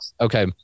Okay